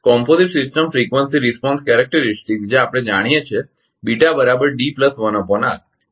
તેથી સંયુક્ત system frequency પ્રતિભાવ લાક્ષણિકતા જે આપણે જાણીએ છીએ